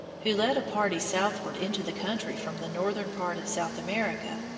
who led a party southward into the country from the northern part of south america,